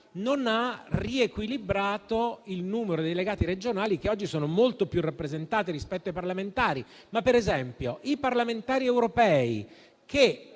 non ha riequilibrato il numero dei delegati regionali che oggi sono molto più rappresentati rispetto ai parlamentari. I parlamentari europei, che